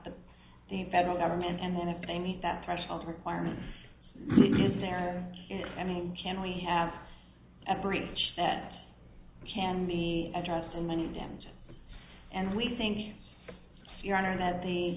to the federal government and then if they meet that threshold requirement is there i mean can we have a breach that can be addressed in many damages and we think your honor that the